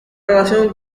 relación